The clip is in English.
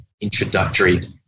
introductory